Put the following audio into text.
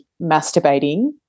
masturbating